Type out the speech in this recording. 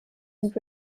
and